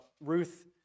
Ruth